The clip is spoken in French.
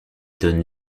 donne